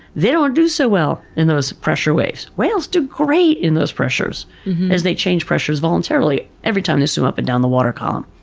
they don't do so well in those pressure waves. whales do great in those pressures as they change pressures voluntarily every time they swim up and down the water column.